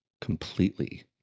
completely